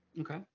Okay